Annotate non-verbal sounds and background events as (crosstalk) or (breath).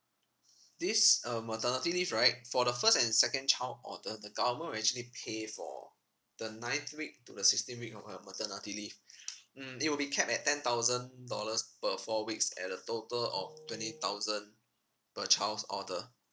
this uh maternity leave right for the first and second child order the government will actually pay for the ninth week to the sixteenth week of her maternity leave (breath) mm it will be capped at ten thousand dollars per four weeks at a total of twenty thousand per child's order